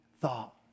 thought